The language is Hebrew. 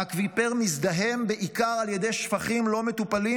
האקוויפר מזדהם בעיקר על ידי שפכים לא מטופלים